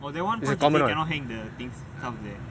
that [one] is it she say cannot hang the things out there